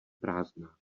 prázdná